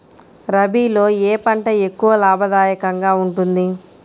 రబీలో ఏ పంట ఎక్కువ లాభదాయకంగా ఉంటుంది?